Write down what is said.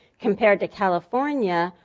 compared to california,